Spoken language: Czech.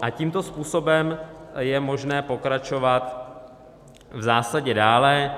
A tímto způsobem je možné pokračovat v zásadě dále.